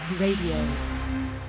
Radio